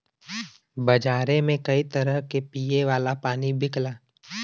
बजारे में कई तरह क पिए वाला पानी बिकला